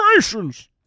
generations